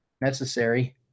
necessary